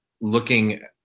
looking